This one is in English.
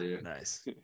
Nice